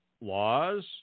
laws